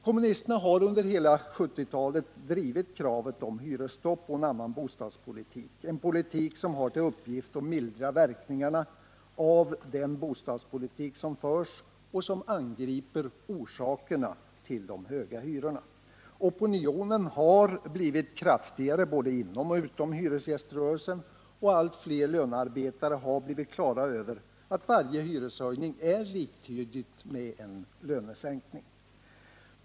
Kommunisterna har under hela 1970-talet drivit kravet på hyresstopp och en arnan bostadspolitik, en politik som har till uppgift att mildra verkningarna av den bostadspolitik som förs och som angriper orsakerna till de höga hyrorna. Opinionen mot hyreshöjningarna har blivit allt kraftigare både inom och utom hyresgäströrelsen, och allt fler lönearbetare har blivit klara över att varje hyreshöjning är liktydig med en lönesänkning.